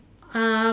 um